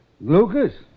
Lucas